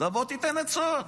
בוא תיתן עצות.